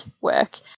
work